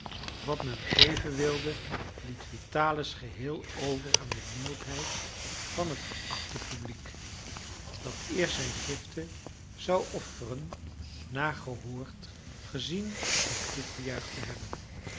wat men geven wilde liet vitalis geheel over aan de mildheid van het geachte publiek dat eerst zijn giften zou offeren na gehoord gezien en toegejuicht te hebben